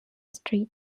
street